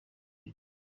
uru